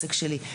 עסק שלי.